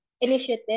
initiative